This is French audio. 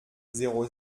zéro